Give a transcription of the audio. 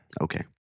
Okay